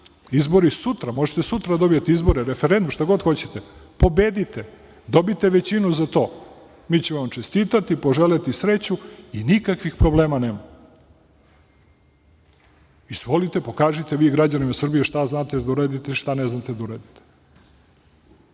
izbori sutra, možete sutra da dobijete izbore, referendum, šta god hoćete. Pobedite, dobite većinu za to, mi ćemo vam čestitati, poželeti sreću i nikakvih problema nema. Izvolite, pokažite vi građanima Srbije šta znate da uradite, šta ne znate da